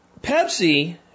Pepsi